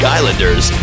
Islanders